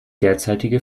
derzeitige